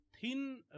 thin